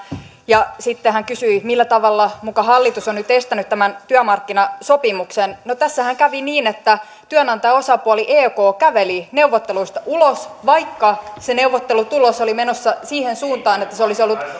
ja sitten hän kysyi millä tavalla muka hallitus on nyt estänyt tämän työmarkkinasopimuksen tässähän kävi niin että työnantajaosapuoli ek käveli neuvotteluista ulos vaikka se neuvottelutulos oli menossa siihen suuntaan että se olisi ollut